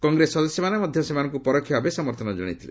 କଂଗ୍ରେସ ସଦସ୍ୟମାନେ ମଧ୍ୟସେମାନଙ୍କୁ ପରୋକ୍ଷ ଭାବେ ସମର୍ଥନ ଜଣାଇଥିଲେ